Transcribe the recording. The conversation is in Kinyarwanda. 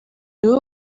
wowe